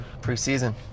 preseason